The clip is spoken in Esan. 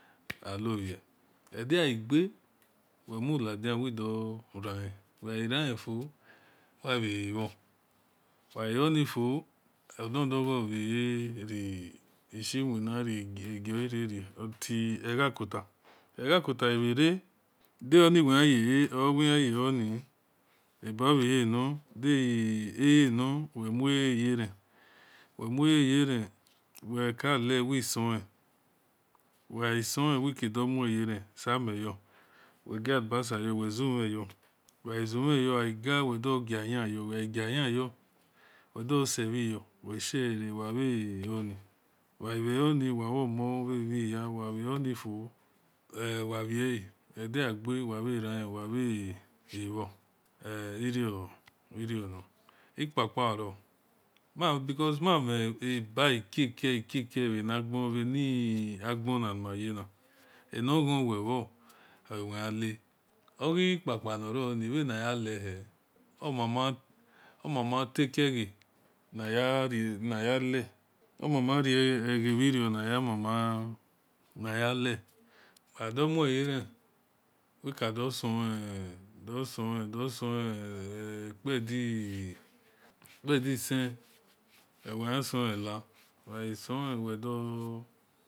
Alobhie edeghai gbe wel mu ladian wido raen wel ghai raien fo wai bhe-le bhor wa ghai lor nifo odo-doghor ri-shi wina until egha-kota egha-kota gha ere de o-ni wel yan yele or da wil yan loni di-eba obhehe now di ele-lor wel mue yeran wel mue yeran wil kale wil soen soen weghai soi wel gia lubusa yor wel zumhen yor wel ghai zu mhen yor oghai gai wel dor gia-iyan yon wel dor se-bhi yor ushie-lere wa bhe le ni bha bhor mon bhe mhihia wa gha lor nifo wa-bhehe edegha-gbe ranle wal bhe lebhor kpa-kpa oro because ma-mhen eba ekeke-eke-ke bhe ni agbona ni mayena enoghowel bhor oluwa yan le oghi kpa-pkpa nor ror bhe naya lehe omama take eghe na ya le agha do mue yeren wil ka do soen do soen kpedi kpedi sen oluwel yan solen la wel.